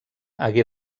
hagué